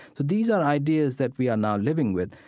but these are ideas that we are now living with.